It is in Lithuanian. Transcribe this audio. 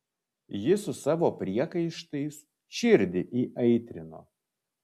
ji su savo priekaištais širdį įaitrino